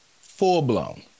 Full-blown